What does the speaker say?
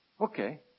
Okay